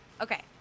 Okay